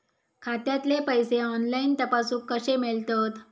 खात्यातले पैसे ऑनलाइन तपासुक कशे मेलतत?